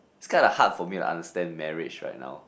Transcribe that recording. it's kinda hard for me to understand marriage right now